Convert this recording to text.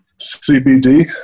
CBD